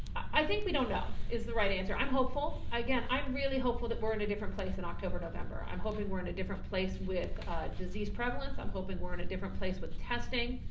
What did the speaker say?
i think we don't know is the right answer. i'm hopeful again, i'm really hopeful that we're in a different place in october, november. i'm hoping we're in a different place with a disease prevalence, i'm hoping we're in a different place with testing.